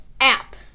app